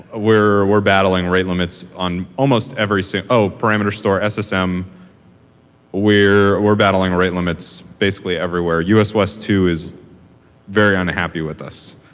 ah we're we're battling rate limits on almost every so oh, parameter store, ssm. we're we're battling rate limits, basically, everywhere. u s. west two is very unhappy with us.